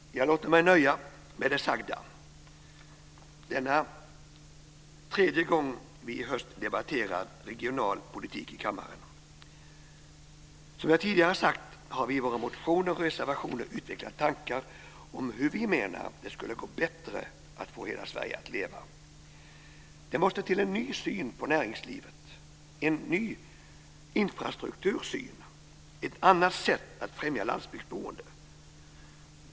Jag låter mig nöja med det sagda denna tredje gång vi i höst debatterar regional politik i kammaren. Som jag tidigare har sagt har vi i våra motioner och reservationer utvecklat tankar om hur vi menar att det skulle gå bättre att få hela Sverige att leva. Det måste till en ny syn på näringslivet, en ny infrastruktursyn, ett annat sätt att främja landsbygdsboende.